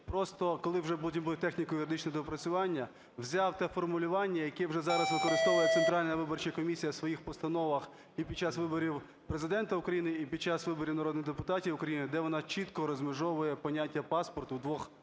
просто, коли вже потім буде техніко-юридичні доопрацювання, взяв те формулювання, яке вже зараз використовує Центральна виборча комісія у своїх постановах і під час виборів Президента України, і під час виборів народних депутатів України, де вона чітко розмежовує поняття "паспорт" в двох